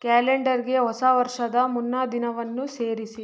ಕ್ಯಾಲೆಂಡರ್ಗೆ ಹೊಸ ವರ್ಷದ ಮುನ್ನಾದಿನವನ್ನು ಸೇರಿಸಿ